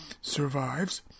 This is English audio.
survives